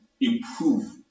improve